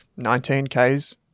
19Ks